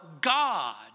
God